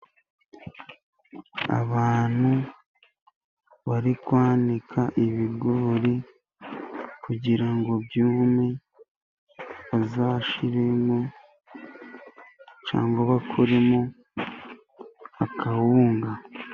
Abantu bari kwanika ibigori kugira ngo byume, bazashyiremo cyangwa bakuremo akawunga.